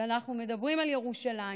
ואנחנו מדברים על ירושלים.